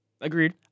Agreed